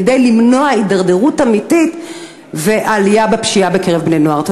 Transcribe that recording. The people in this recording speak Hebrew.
כדי למנוע הידרדרות אמיתית ועלייה בפשיעה בקרב בני-נוער.